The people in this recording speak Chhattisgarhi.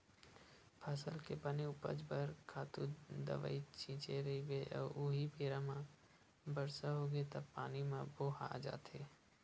फसल के बने उपज बर खातू दवई छिते रहिबे अउ उहीं बेरा म बरसा होगे त पानी म बोहा जाथे